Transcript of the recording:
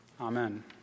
Amen